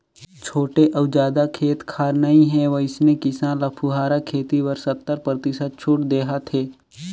छोटे अउ जादा खेत खार नइ हे वइसने किसान ल फुहारा खेती बर सत्तर परतिसत छूट देहत हे